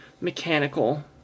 mechanical